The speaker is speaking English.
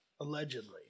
allegedly